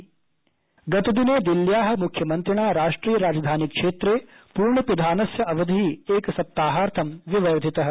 दिल्ली पूर्णपिधानम् गतदिने दिल्ल्याा मुख्यमन्त्रिणा राष्ट्रिय राजधानी क्षेत्रे पूर्णपिधानस्य अवधिः एकसप्ताहार्थं विवर्धितः